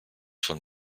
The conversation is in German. von